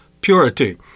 purity